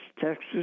Texas